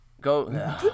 Go